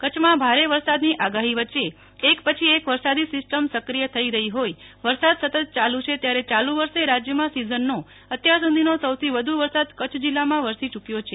કચ્છમાં ભારે વરસાદની આગાહી વચ્ચે એક પછી એક વરસાદી સીસ્ટમ સક્રિય થઇ રહી હોઈ વરસાદ સતત ચાલુ છે ત્યારે ચાલુ વર્ષે રાજ્યમાં સીઝનનો અત્યાર સુધીનો સૌથી વધુ વરસાદ કચ્છ જીલ્લામાં વરસી ચુક્વો છે